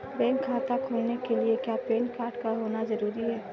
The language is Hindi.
बैंक खाता खोलने के लिए क्या पैन कार्ड का होना ज़रूरी है?